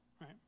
Right